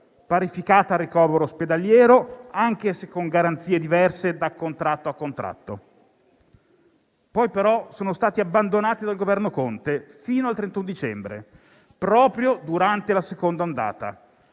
parificata al ricovero ospedaliero, anche se con garanzie diverse da contratto a contratto. Poi, però, essi sono stati abbandonati dal Governo Conte fino al 31 dicembre, proprio durante la seconda ondata;